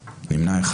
נמנע.